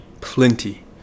plenty